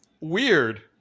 Weird